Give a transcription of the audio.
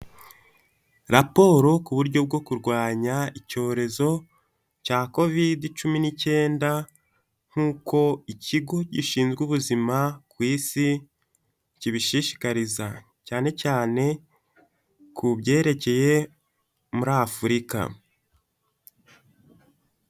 Raporo ku buryo bwo kurwanya icyorezo cya covid cumi n'icyenda, nk'uko ikigo gishinzwe ubuzima ku isi, kibishishikariza. Cyane cyane ku byerekeye muri Afurika.